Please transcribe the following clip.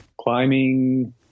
climbing